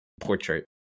portrait